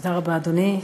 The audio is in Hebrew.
תודה רבה, אדוני.